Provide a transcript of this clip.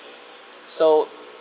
so